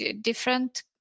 different